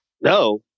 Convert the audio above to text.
no